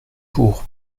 pour